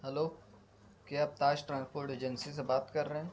hello کیا آپ تاش ٹرانسپورٹ ایجنسی سے بات کر رہے ہیں